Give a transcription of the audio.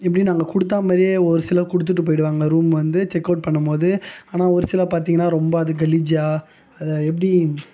இப்படி நாங்கள் கொடுத்தா மாதிரியே ஒரு சிலர் கொடுத்துட்டு போய்விடுவாங்க ரூம் வந்து செக் அவுட் பண்ணும் போது ஆனால் ஒருசிலர் பார்த்தீங்கன்னா ரொம்ப அது கலீஜாக அதை எப்படி